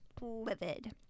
livid